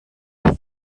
niu